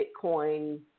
bitcoin